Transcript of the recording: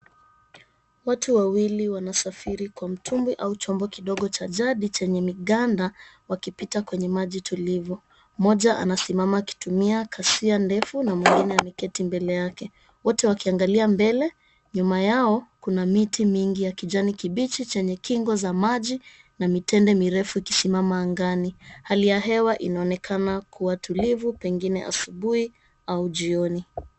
Watu wawili wanasafiri kwa mtumbwi au chombo kidogo cha jadi chenye miganda, wakipita kwenye maji tulivu. Mmoja anasimama akitumia kasia ndefu, na mwingine aliketi mbele yake. Wote wakiangalia mbele, nyuma yao kuna miti mingi ya kijani kibichi chenye kingo za maji na mitende mirefu ikisimama angani. Hali ya hewa inaonekana kuwa tulivu pengine asubuhi au jioni.